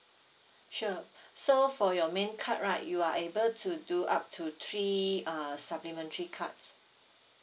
sure so for your main card right you are able to do up to three uh supplementary cards